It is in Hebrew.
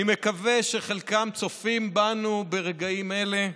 אני מקווה שחלקם צופים בנו ברגעים אלה.